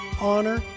honor